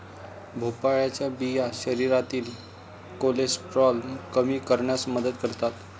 भोपळ्याच्या बिया शरीरातील कोलेस्टेरॉल कमी करण्यास मदत करतात